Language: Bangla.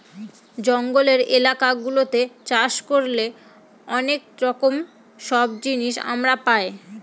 জঙ্গলের এলাকা গুলাতে চাষ করলে অনেক রকম সব জিনিস আমরা পাই